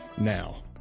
now